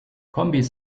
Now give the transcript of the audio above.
kombis